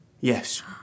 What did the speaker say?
yes